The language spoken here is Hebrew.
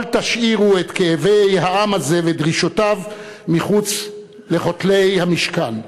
אל תשאירו את כאבי העם הזה ודרישותיו מחוץ לכותלי המשכן,